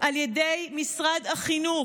על ידי משרד החינוך.